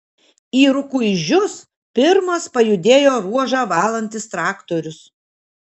į rukuižius pirmas pajudėjo ruožą valantis traktorius